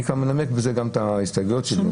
אני כבר מנמק בזה גם את ההסתייגויות שלי,